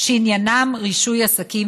שעניינם רישוי עסקים